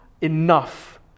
enough